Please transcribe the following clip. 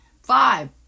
Five